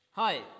Hi